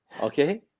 Okay